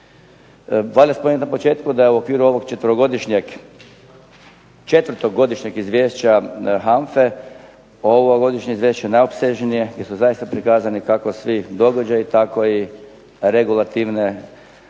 Valja spomenuti na početku da je u okviru ovog četverogodišnjeg, četvrtogodišnjeg izvješća HANFA-e ovo ovogodišnje izvješće najopsežnije, gdje su zaista prikazani kako svi događaji tako i regulativne